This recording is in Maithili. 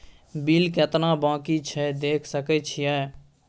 बिल केतना बाँकी छै देख सके छियै?